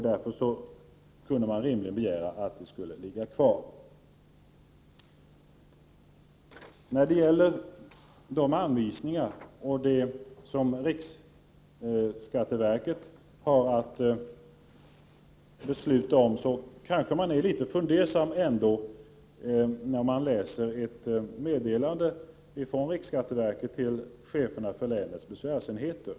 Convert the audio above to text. Därför kunde man rimligen begära att dessa regler fortfarande skulle gälla. När det gäller anvisningar o. d. som riksskatteverket har att besluta om blir man litet fundersam när man läser ett meddelande från riksskatteverket till cheferna för länens besvärsenheter.